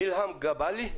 מולהאם ג'באלי,